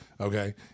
Okay